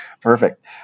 perfect